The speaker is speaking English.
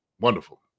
Wonderful